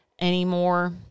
anymore